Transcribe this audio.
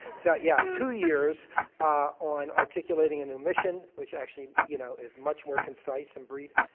so yeah two years on articulating a new mission which actually you know is much more concise and brief.